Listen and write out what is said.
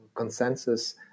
consensus